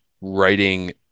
writing